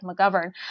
McGovern